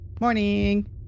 Morning